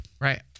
Right